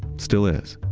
still is,